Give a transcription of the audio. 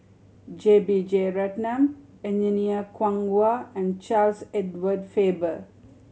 J B Jeyaretnam Engineer Kwong Wah and Charles Edward Faber